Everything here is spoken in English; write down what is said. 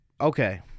okay